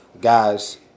Guys